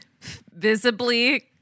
visibly